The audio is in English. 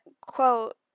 quote